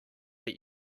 but